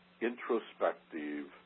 introspective